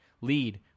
lead